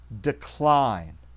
decline